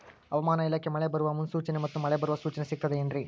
ಹವಮಾನ ಇಲಾಖೆ ಮಳೆ ಬರುವ ಮುನ್ಸೂಚನೆ ಮತ್ತು ಮಳೆ ಬರುವ ಸೂಚನೆ ಸಿಗುತ್ತದೆ ಏನ್ರಿ?